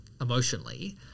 emotionally